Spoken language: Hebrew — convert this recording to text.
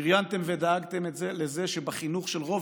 שריינתם ודאגתם לזה שבחינוך של רוב